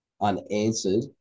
unanswered